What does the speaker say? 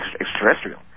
extraterrestrial